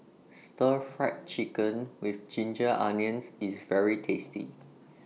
Stir Fried Chicken with Ginger Onions IS very tasty